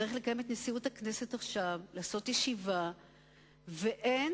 צריך לעשות עכשיו ישיבה של נשיאות הכנסת.